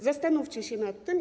Zastanówcie się nad tym.